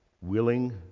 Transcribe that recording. willing